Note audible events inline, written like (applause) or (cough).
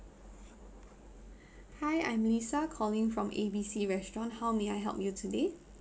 (breath) hi I'm lisa calling from A B C restaurant how may I help you today